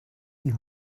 you